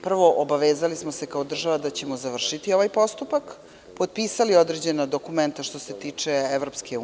Prvo, obavezali smo se da ćemo kao država završiti ovaj postupak, potpisali određene dokumente što se tiče EU.